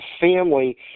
family